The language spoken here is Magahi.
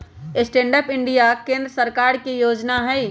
स्टैंड अप इंडिया केंद्र सरकार के जोजना हइ